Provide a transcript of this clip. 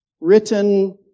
written